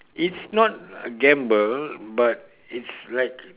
it's not gamble but it's like